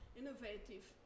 innovative